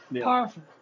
powerful